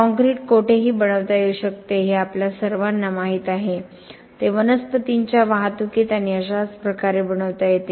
concrete कोठेही बनवता येऊ शकते हे आपल्या सर्वांना माहीत आहे ते कारखान्यांच्या वाहतुकीत आणि अशाच प्रकारे बनवता येते